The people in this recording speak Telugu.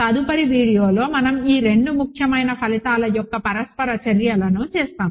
తదుపరి వీడియోలో మనం ఈ రెండు ముఖ్యమైన ఫలితాల యొక్క పరస్పర చర్యలను చేస్తాము